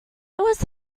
was